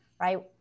right